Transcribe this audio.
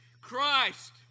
Christ